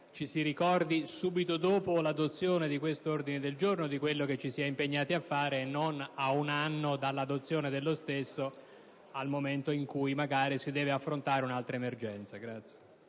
ci si ricordi subito dopo l'adozione di questo ordine del giorno di quello che ci si è impegnati a fare e non a un anno dall'adozione dello stesso, quando magari si deve affrontare un'altra emergenza.